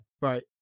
Right